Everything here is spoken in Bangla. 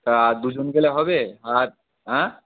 তা দুজন গেলে হবে আর হ্যাঁ